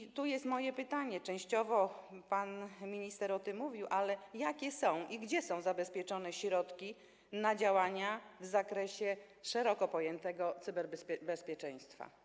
I tu jest moje pytanie, choć częściowo pan minister o tym mówił: Jakie są i gdzie są zabezpieczone środki na działania w zakresie szeroko pojętego cyberbezpieczeństwa?